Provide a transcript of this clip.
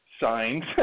signs